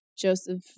Joseph